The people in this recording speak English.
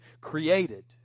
created